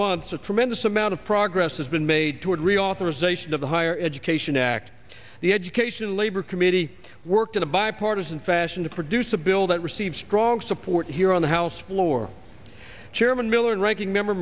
months a tremendous amount of progress has been made toward reauthorization of the higher education act the education labor committee worked in a bipartisan fashion to produce a bill that received strong support here on the house floor chairman miller and ranking member